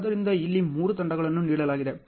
ಆದ್ದರಿಂದ ಇಲ್ಲಿ ಮೂರು ತಂಡಗಳನ್ನು ನೀಡಲಾಗಿದೆ